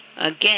Again